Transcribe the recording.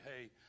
hey